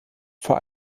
vor